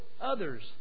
others